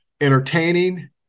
entertaining